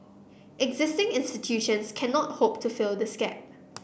existing institutions cannot hope to fill this gap